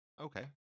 okay